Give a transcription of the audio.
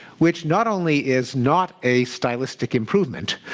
which not only is not a stylistic improvement,